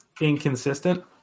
inconsistent